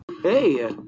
Hey